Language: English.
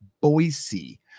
Boise